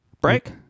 break